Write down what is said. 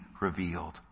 revealed